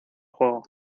juego